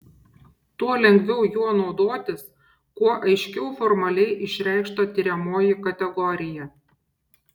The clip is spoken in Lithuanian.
tuo lengviau juo naudotis kuo aiškiau formaliai išreikšta tiriamoji kategorija